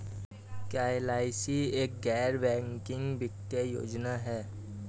क्या एल.आई.सी एक गैर बैंकिंग वित्तीय योजना है?